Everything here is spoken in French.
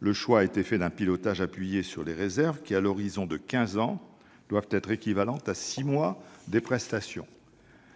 le choix a été fait d'un pilotage appuyé sur les réserves qui, à l'horizon de quinze ans, doivent être équivalentes à six mois de prestations.